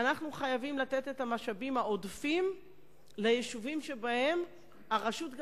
אנחנו חייבים לתת את המשאבים העודפים ליישובים שבהם הרשות,